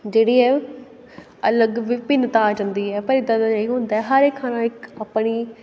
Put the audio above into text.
ਜਿਹੜੀ ਹੈ ਅਲੱਗ ਵਿਭਿੰਨਤਾ ਆ ਜਾਂਦੀ ਹੈ ਪਰ ਇੱਦਾਂ ਦਾ ਨਹੀਂ ਹੁੰਦਾ ਹਰ ਇੱਕ ਖਾਣਾ ਇੱਕ ਆਪਣੀ